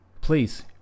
please